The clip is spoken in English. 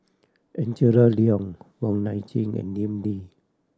Angela Liong Wong Nai Chin and Lim Lee